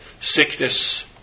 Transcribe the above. sickness